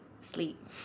sleep